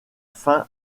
fin